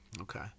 Okay